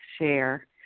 share